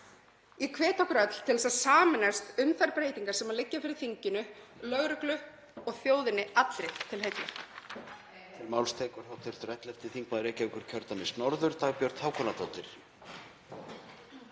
Ég hvet okkur öll til að sameinast um þær breytingar sem liggja fyrir þinginu, lögreglu og þjóðinni allri til heilla.